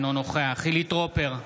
אינו נוכח חילי טרופר,